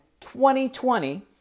2020